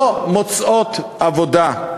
לא מוצאות עבודה.